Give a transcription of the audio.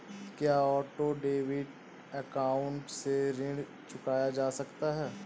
क्या auto debit account से ऋण चुकाया जा सकता है?